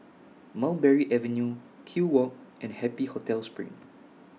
Mulberry Avenue Kew Walk and Happy Hotel SPRING